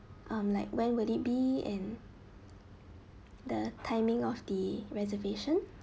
um like when would it be and the timing of the reservation